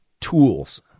tools